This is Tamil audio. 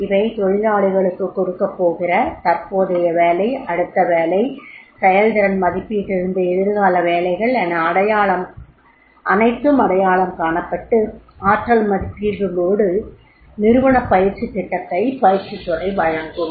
இவை தொழிலாளிகளுக்குகொடுக்கப்போகிற தற்போதைய வேலை அடுத்த வேலை செயல்திறன் மதிப்பீட்டிலிருந்து எதிர்கால வேலைகள் என அனைத்தும் அடையாளம் காணப்பட்டு ஆற்றல் மதிப்பீடுகளோடு நிறுவன பயிற்சித் திட்டத்தை பயிற்சித் துறை வழங்கும்